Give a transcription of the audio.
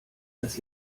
das